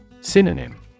Synonym